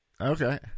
Okay